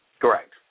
Correct